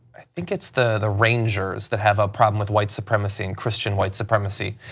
think it's the the rangers that have a problem with white supremacy and christian white supremacy,